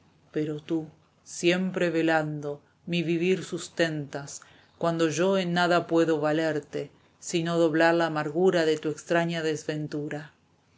pero tú siempre velando mi vivir sustentas cuando yo en nada puedo valerte sino doblar la amargura de tu extraña desventura